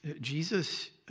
Jesus